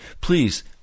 Please